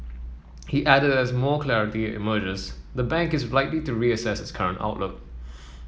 he added that as more clarity emerges the bank is likely to reassess its current outlook